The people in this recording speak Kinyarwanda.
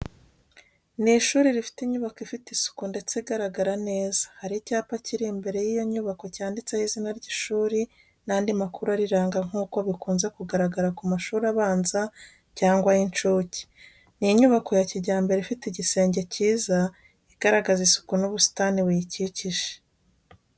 Ni ishuri rifite inyubako ifite isuku ndetse igaragara neza. Hari icyapa kiri imbere y’iyo nyubako cyanditseho izina ry’ishuri n’andi makuru ariranga nk’uko bikunze kugaragara ku mashuri abanza cyangwa ay’incuke. Ni inyubako ya kijyambere ifite igisenge cyiza igaragaza isuku n'ubusitani buyikikije.